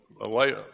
away